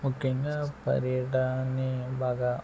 ముఖ్యంగా పర్యటనని బాగా